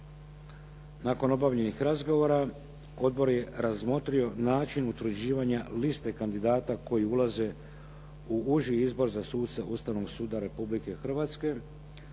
Nakon obavljenih razgovora odbor je razmotrio način utvrđivanja liste kandidata koji ulaže u uži izbor za suce Ustavnog suda Republike Hrvatske.